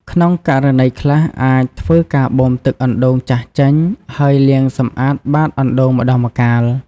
ក្នុងករណីខ្លះ អាចធ្វើការបូមទឹកអណ្ដូងចាស់ចេញ ហើយលាងសម្អាតបាតអណ្ដូងម្តងម្កាល។